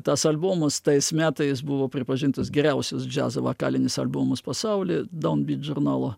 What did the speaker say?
tas albumas tais metais buvo pripažintas geriausias džiazo vokalinis albumas pasauly downbeat žurnalo